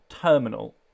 terminal